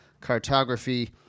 Cartography